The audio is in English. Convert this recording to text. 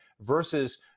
versus